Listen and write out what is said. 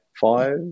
five